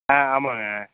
அ ஆமாங்க